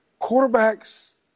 quarterbacks